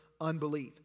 unbelief